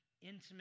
intimate